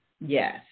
Yes